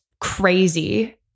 crazy